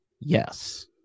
Yes